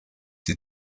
die